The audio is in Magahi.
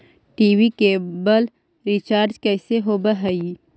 टी.वी केवल रिचार्ज कैसे होब हइ?